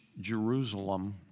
Jerusalem